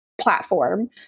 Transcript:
platform